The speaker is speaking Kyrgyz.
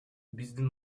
биздин